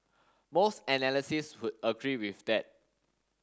most analysis would agree with that